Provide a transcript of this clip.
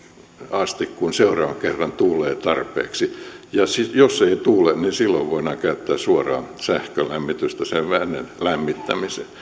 asti kun seuraavan kerran tuulee tarpeeksi ja jos ei ei tuule niin silloin voidaan käyttää suoraa sähkölämmitystä sen veden lämmittämiseen